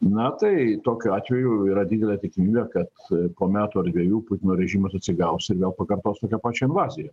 na tai tokiu atveju yra didelė tikimybė kad po metų ar dviejų putino režimas atsigaus ir vėl pakartos tokią pačią invaziją